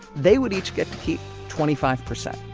they would each get to keep twenty five percent.